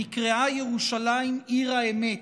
"ונקראה ירושלם עיר האמת"